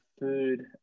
food